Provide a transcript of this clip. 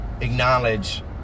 acknowledge